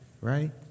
right